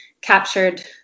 captured